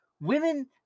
women